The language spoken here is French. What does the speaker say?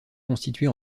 constituée